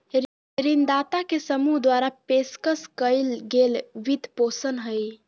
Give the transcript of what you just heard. ऋणदाता के समूह द्वारा पेशकश कइल गेल वित्तपोषण हइ